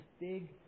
big